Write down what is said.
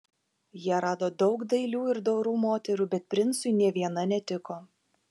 jie rado daug dailių ir dorų moterų bet princui nė viena netiko